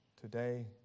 today